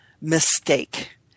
mistake